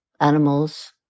animals